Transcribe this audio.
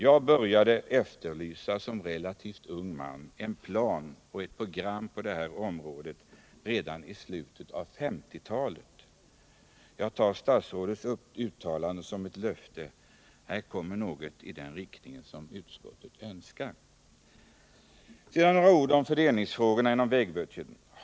Jag började som relativt ung man efterlysa en plan och ett program på det här området redan i slutet av 1950-talet. Jag tar statsrådets uttalande för ett löfte: Här kommer något i den riktning som utskottet önskar. Sedan vill jag säga några ord om fördelningsfrågorna inom vägbudgeten.